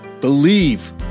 believe